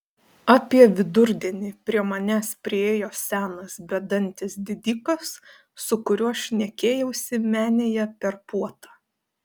apie vidurdienį prie manęs priėjo senas bedantis didikas su kuriuo šnekėjausi menėje per puotą